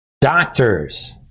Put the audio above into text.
Doctors